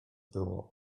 było